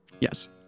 Yes